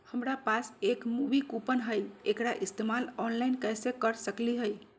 हमरा पास एक मूवी कूपन हई, एकरा इस्तेमाल ऑनलाइन कैसे कर सकली हई?